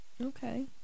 Okay